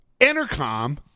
Intercom